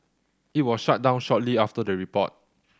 it was shut down shortly after the report